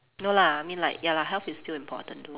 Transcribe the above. no lah I mean like ya lah health is still important though